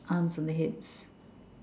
arms on the hips